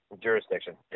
jurisdiction